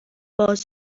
باز